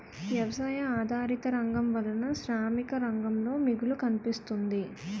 వ్యవసాయ ఆధారిత రంగం వలన శ్రామిక రంగంలో మిగులు కనిపిస్తుంది